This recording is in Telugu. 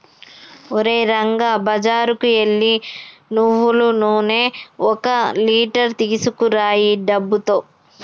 ఓరే రంగా బజారుకు ఎల్లి నువ్వులు నూనె ఒక లీటర్ తీసుకురా ఈ డబ్బుతో